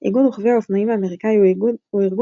איגוד רוכבי האופנועים האמריקאי הוא ארגון